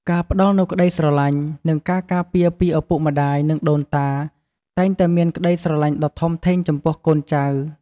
ការផ្តល់នូវក្តីស្រឡាញ់ និងការការពារពីឪពុកម្តាយ និងដូនតា តែងតែមានក្តីស្រឡាញ់ដ៏ធំធេងចំពោះកូនចៅ។